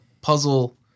puzzle